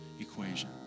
equation